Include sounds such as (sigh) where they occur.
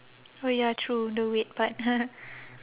oh ya true the weight part (laughs)